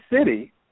city